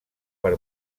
per